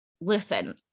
listen